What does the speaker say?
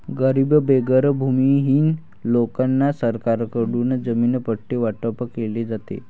गरीब बेघर भूमिहीन लोकांना सरकारकडून जमीन पट्टे वाटप केले जाते